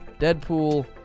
Deadpool